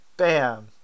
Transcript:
Bam